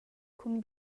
cun